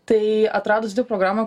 tai atradusi programą